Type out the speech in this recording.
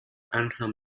arnhem